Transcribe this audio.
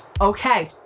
Okay